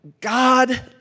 God